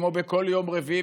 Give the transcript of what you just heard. כמו בכל יום רביעי,